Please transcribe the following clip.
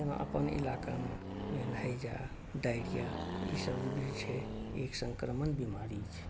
जेना अपन इलाकामे भेलै हैजा डायरिया ईसब जे होइ छै ई संक्रमण बीमारी छै